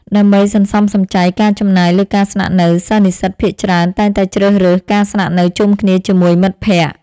ដើម្បីសន្សំសំចៃការចំណាយលើការស្នាក់នៅសិស្សនិស្សិតភាគច្រើនតែងតែជ្រើសរើសការស្នាក់នៅជុំគ្នាជាមួយមិត្តភក្តិ។